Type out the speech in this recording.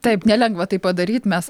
taip nelengva tai padaryt mes